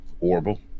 horrible